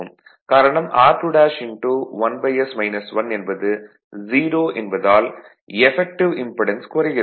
காரணம் r21s 1 என்பது 0 என்பதால் எஃபக்டிவ் இம்படன்ஸ் குறைகிறது